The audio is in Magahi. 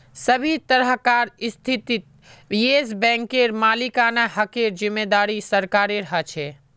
सभी तरहकार स्थितित येस बैंकेर मालिकाना हकेर जिम्मेदारी सरकारेर ह छे